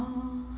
um